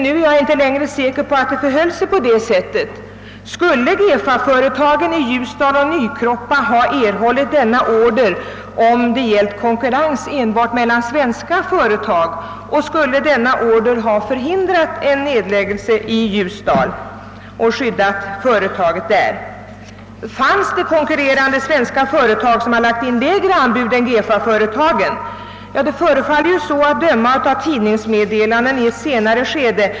Nu är jag inte längre så säker på att det förhöll sig på det sättet. Skulle GEFA-företagen i Ljusdal och Nykroppa ha erhållit denna order om det gällt konkurrens enbart mellan svenska företag, och skulle den ordern ha förhindrat en nedläggelse? Fanns det konkurrerande svenska företag som hade lagt in lägre anbud än GEFA-företagen? Det förefaller så att döma av tidningsmeddelanden i ett senare skede.